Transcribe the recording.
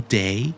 day